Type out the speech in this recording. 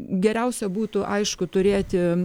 geriausia būtų aišku turėti